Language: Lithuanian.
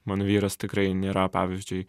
mano vyras tikrai nėra pavyzdžiui